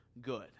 good